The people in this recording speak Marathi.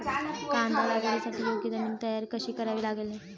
कांदा लागवडीसाठी योग्य जमीन तयार कशी करावी?